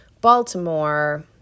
Baltimore